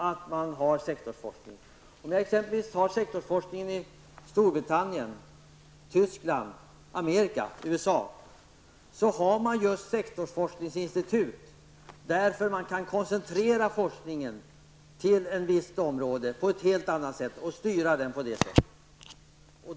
I t.ex. Storbritannien, Tyskland och USA finns sektorsforskningsinstitut. Forskningen kan då koncentreras till ett visst område på ett helt annat sätt.